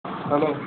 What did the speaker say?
hello